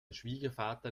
schwiegervater